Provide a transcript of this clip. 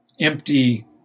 empty